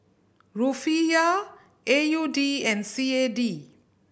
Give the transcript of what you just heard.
Rufiyaa A U D and C A D